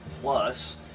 Plus